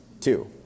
Two